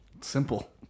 Simple